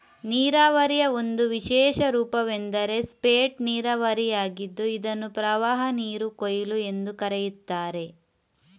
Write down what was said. ನೀರಾವರಿಯ ಒಂದು ವಿಶೇಷ ರೂಪವೆಂದರೆ ಸ್ಪೇಟ್ ನೀರಾವರಿಯಾಗಿದ್ದು ಇದನ್ನು ಪ್ರವಾಹನೀರು ಕೊಯ್ಲು ಎಂದೂ ಕರೆಯುತ್ತಾರೆ